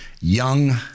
young